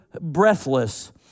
breathless